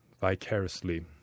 vicariously